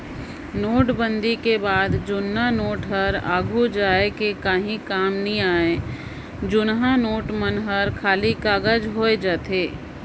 नोटबंदी के बाद जुन्ना नोट हर आघु जाए के काहीं काम नी आए जुनहा नोट मन हर खाली कागज होए जाथे